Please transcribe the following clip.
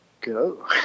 go